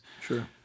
Sure